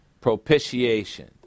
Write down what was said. propitiation